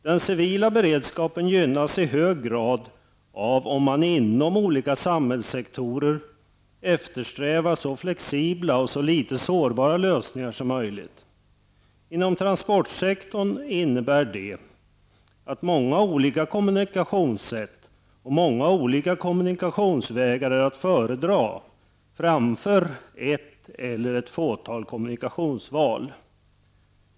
Den civila beredskapen gynnas i hög grad av om man inom olika samhällssektorer eftersträvar så flexibla och så litet sårbara lösningar som möjligt. Inom transportsektorn innebär det att många olika kommunikationssätt och många olika kommunikationsvägar är att föredra framför ett eller ett fåtal kommunikationsval.